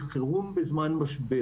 היא חירום בזמן משבר.